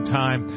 time